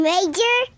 Major